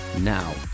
Now